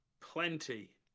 plenty